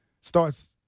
starts